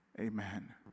Amen